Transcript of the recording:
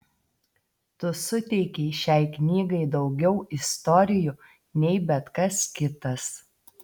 tu suteikei šiai knygai daugiau istorijų nei bet kas kitas